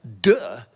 Duh